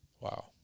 Wow